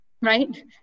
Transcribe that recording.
right